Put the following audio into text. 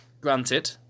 granted